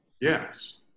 Yes